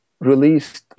released